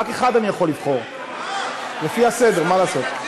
רק אחד אני יכול לבחור, לפי הסדר, מה לעשות.